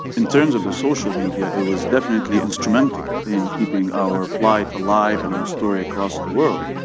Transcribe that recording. in terms of the social media, it was definitely instrumental in keeping our plight alive and our story across the world.